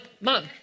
mom